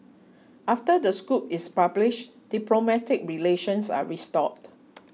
after the scoop is published diplomatic relations are restored